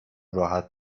راحت